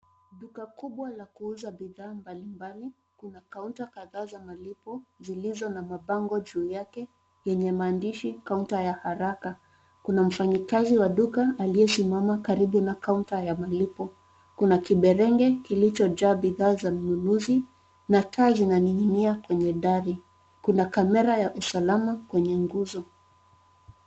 Duka kubwa la kuuza bidhaa mbalimbali. Kuna kaunta kadhaa za malipo zilizo na mabango juu yake, yenye maandishi kaunta ya haraka. Kuna mfanyikazi wa duka aliyesimama karibu na kaunta ya malipo. Kuna kiberenge kilichojaa bidhaa za mnunuzi na taa zinaning'inia kwenye dari. Kuna kamera ya usalama kwenye nguzo.